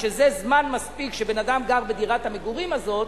שזה זמן מספיק שבן-אדם גר בדירת המגורים הזאת,